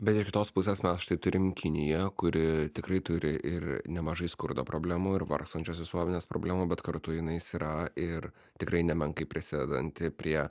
bet iš kitos pusės mes štai turim kiniją kuri tikrai turi ir nemažai skurdo problemų ir vargstančios visuomenės problemų bet kartu jinais yra ir tikrai nemenkai prisidedanti prie